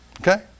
Okay